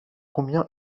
combien